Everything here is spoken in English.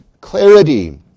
clarity